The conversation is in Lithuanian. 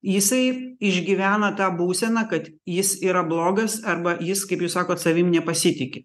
jisai išgyvena tą būseną kad jis yra blogas arba jis kaip jūs sakot savim nepasitiki